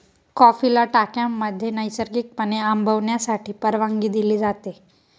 कॉफीला टाक्यांमध्ये नैसर्गिकपणे आंबवण्यासाठी परवानगी दिली जाते